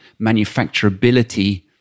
manufacturability